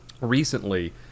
recently